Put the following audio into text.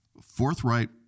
forthright